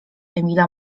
emila